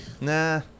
Nah